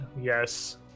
yes